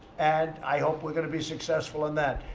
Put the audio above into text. and i hope we're going to be successful on that.